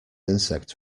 insect